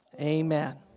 Amen